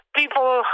people